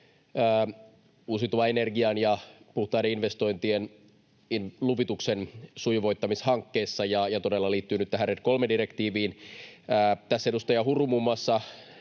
uusiutuvan energian ja puhtaiden investointien luvituksen sujuvoittamishankkeissa ja todella liittyy nyt tähän RED III ‑direktiiviin. Tässä muun muassa